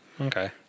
Okay